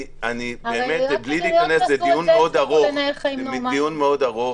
זה דיון ארוך,